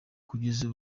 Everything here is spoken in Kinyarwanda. kugeza